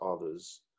others